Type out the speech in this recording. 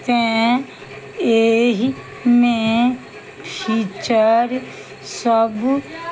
तैं एहिमे फीचर सब